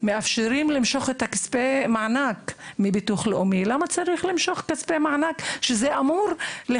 מאפשרים למשוך את כספי המענק שהביטוח הלאומי מעניק להם,